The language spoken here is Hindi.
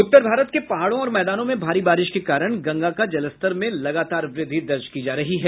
उत्तर भारत के पहाड़ों और मैदानों में भारी बारिश के कारण गंगा का जलस्तर में लगातार वृद्धि दर्ज की जा रही है